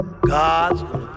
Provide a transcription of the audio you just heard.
God's